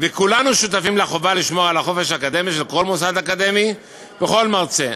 וכולנו שותפים לחובה לשמור על החופש האקדמי של כל מוסד אקדמי וכל מרצה.